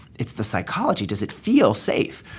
it's the psychology. does it feel safe?